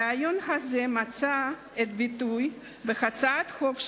הרעיון הזה מצא את ביטויו בהצעת החוק שלי.